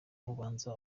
ubanza